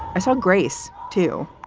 i saw grace, too.